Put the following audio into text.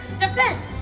Defense